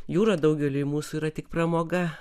jūra daugeliui mūsų yra tik pramoga